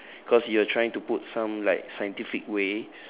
cause you are trying to put some like scientific ways